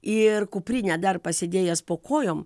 ir kuprinę dar pasidėjęs po kojom